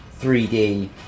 3D